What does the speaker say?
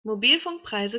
mobilfunkpreise